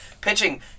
Pitching